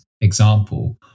example